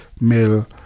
male